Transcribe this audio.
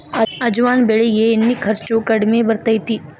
ಅಜವಾನ ಬೆಳಿಗೆ ಎಣ್ಣಿ ಖರ್ಚು ಕಡ್ಮಿ ಬರ್ತೈತಿ